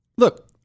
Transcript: Look